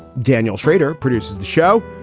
daniel schrader produces the show.